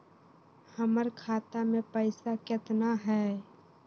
हमर खाता मे पैसा केतना है?